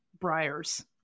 briars